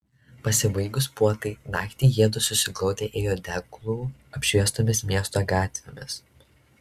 pasibaigus puotai naktį jiedu susiglaudę ėjo deglų apšviestomis miesto gatvėmis